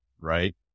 Right